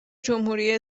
جمهوری